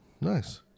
Nice